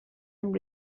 amb